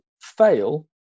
fail